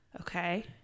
okay